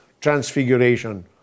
transfiguration